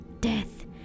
death